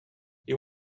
you